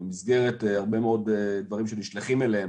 במסגרת הרבה מאוד דברים שנשלחים אליהם,